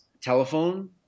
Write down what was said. telephone